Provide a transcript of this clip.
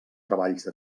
treballs